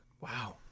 wow